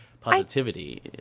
positivity